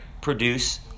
produce